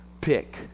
pick